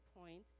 point